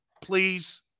Please